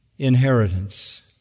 inheritance